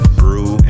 brew